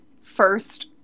first